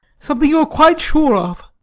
something you are quite sure of?